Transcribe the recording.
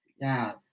Yes